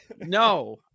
no